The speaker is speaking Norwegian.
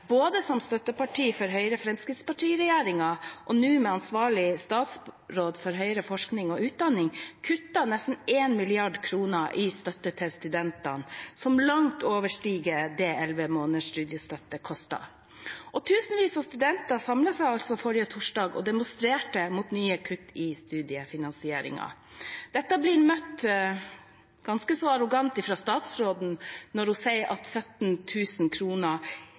både som støtteparti for Høyre–Fremskrittsparti-regjeringen og nå med ansvarlig statsråd for høyere utdanning og forskning, kuttet nesten 1 mrd. kr i støtte til studentene, noe som langt overstiger det 11 måneders studiestøtte kostet. Og tusenvis av studenter samlet seg altså forrige torsdag og demonstrerte mot nye kutt i studiefinansieringen. Dette blir møtt ganske så arrogant fra statsråden når hun sier at